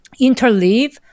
interleave